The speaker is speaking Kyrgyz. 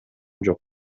жок